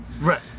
Right